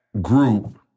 group